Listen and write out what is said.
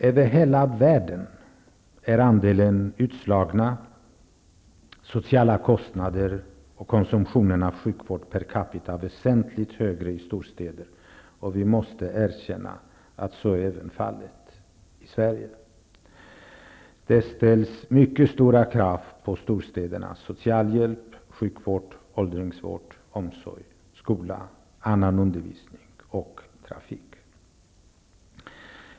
Över hela världen är andelen utslagna, de sociala kostnaderna och konsumtionen av sjukvård per capita väsentligt högre i storstäderna, och vi måste erkänna att så är fallet även i Sverige. Det ställs mycket stora krav på storstädernas socialhjälp, sjukvård, åldringsvård, omsorg, skola, annan undervisning och trafik.